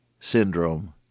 syndrome